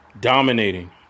Dominating